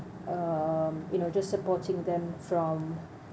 um you know just supporting them from